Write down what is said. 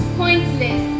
pointless